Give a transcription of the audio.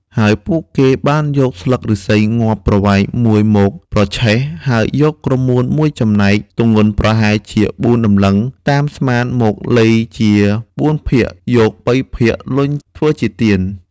ហើយពួកគេបានយកស្លឹកឫស្សីងាប់ប្រវែងមួយមកប្រឆេះ ហើយយកក្រមួនមួយចំណែកទម្ងន់ប្រហែលជាបួនតម្លឹងតាមស្មានមកលៃជាបួនភាគ យកបីភាគលញ់ធ្វើជាទៀន។